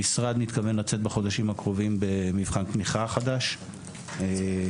המשרד מתכוון לצאת בחודשים הקרובים במבחן תמיכה חדש שמיועד